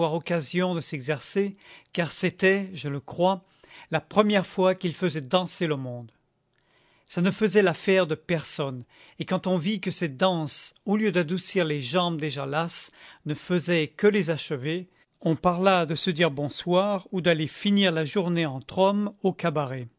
occasion de s'exercer car c'était je le crois la première fois qu'il faisait danser le monde ça ne faisait l'affaire de personne et quand on vit que cette danse au lieu d'adoucir les jambes déjà lasses ne faisait que les achever on parla de se dire bonsoir ou d'aller finir la journée entre hommes au cabaret